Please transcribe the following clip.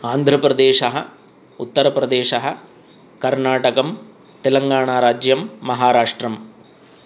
आन्ध्रप्रदेशः उत्तरप्रदेश कर्णाटकं तेलङ्गाणाराज्यं महाराष्ट्रम्